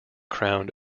crown